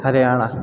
Haryana